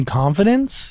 confidence